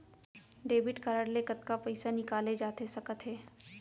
Debit card ले कतका पइसा निकाले जाथे सकत हे?